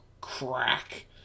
Crack